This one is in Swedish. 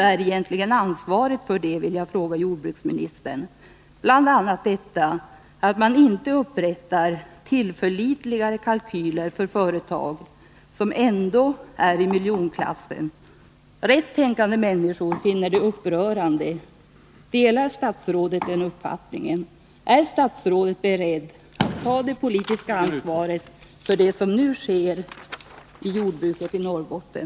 Jag vill fråga jordbruksministern vem som egentligen bär ansvaret för det här, bl.a. detta att man inte upprättar tillförlitligare kalkyler för företag som ändå är i miljonklassen.